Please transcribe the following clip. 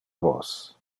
vos